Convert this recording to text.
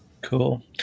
Cool